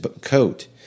coat